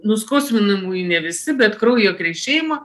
nuskausminamųjų ne visi bet kraujo krešėjimo